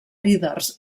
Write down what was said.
líders